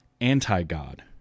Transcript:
anti-God